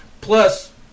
plus